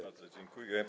Bardzo dziękuję.